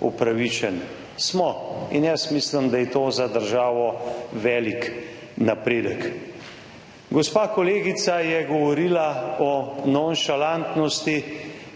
upravičeni. Smo in jaz mislim, da je to za državo velik napredek. Gospa kolegica je govorila o nonšalantnosti.